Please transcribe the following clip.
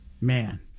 Man